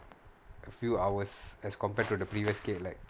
a few hours as compared to the previous cake like